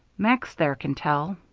max, there, can tell.